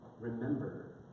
Remember